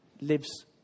lives